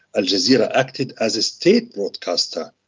ah jazeera acted as a state broadcaster,